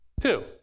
Two